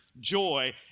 joy